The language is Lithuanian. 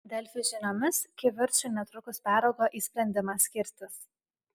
delfi žiniomis kivirčai netrukus peraugo į sprendimą skirtis